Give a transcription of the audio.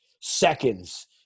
seconds